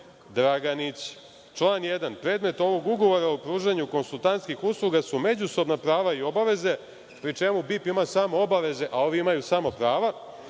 Član 1. - predmet ovog ugovora o pružanju konsultantskih su međusobna prava i obaveze, pri čemu „BIP“ ima samo obaveze, a ovi imaju samo prava,